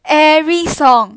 every song